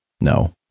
No